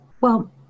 Well-